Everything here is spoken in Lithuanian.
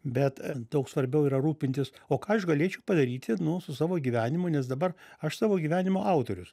bet daug svarbiau yra rūpintis o ką aš galėčiau padaryti nu su savo gyvenimu nes dabar aš savo gyvenimo autorius